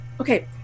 okay